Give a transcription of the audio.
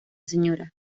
sra